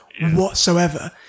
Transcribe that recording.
whatsoever